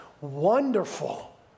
wonderful